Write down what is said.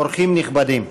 אורחים נכבדים,